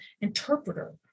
interpreter